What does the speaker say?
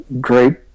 great